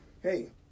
Hey